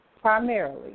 primarily